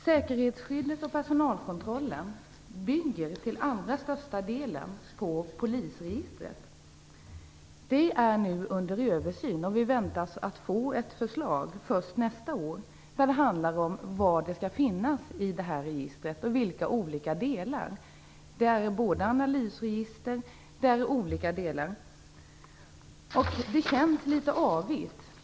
Säkerhetsskyddet och personalkontrollen bygger till allra största delen på polisregistret. Det är nu under översyn, och ett förslag som skall handla om vad som skall finnas i registret, och vilka olika delar det skall ha, väntas först nästa år. Där finns såväl analysregister som andra olika delar. Det känns litet avigt.